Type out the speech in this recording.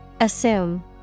Assume